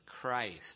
Christ